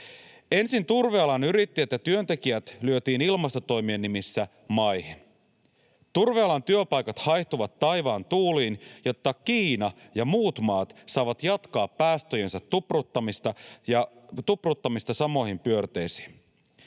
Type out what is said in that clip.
Ensin turvealan yrittäjät ja työntekijät lyötiin ilmastotoimien nimissä maihin. Turvealan työpaikat haihtuvat taivaan tuuliin, jotta Kiina ja muut maat saavat jatkaa päästöjensä tupruttamista samoihin pyörteisiin.